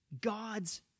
God's